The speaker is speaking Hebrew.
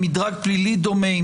עם מדרג פלילי דומה,